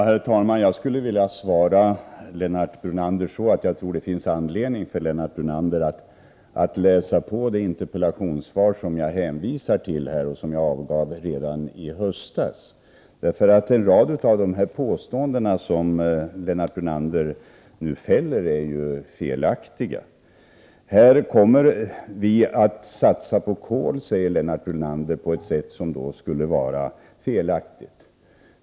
Herr talman! Jag skulle vilja svara Lennart Brunander att jag tror att det finns anledning för honom att läsa på det interpellationssvar som jag här hänvisar till och som jag avgav redan i höstas. En rad av de påståenden som Lennart Brunander nu fäller är nämligen oriktiga. Lennart Brunander säger att vi kommer att satsa på kol på ett sätt som är felaktigt.